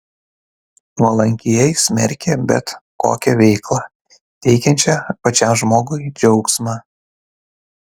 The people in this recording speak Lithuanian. nuolankieji smerkė bet kokią veiklą teikiančią pačiam žmogui džiaugsmą